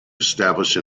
establish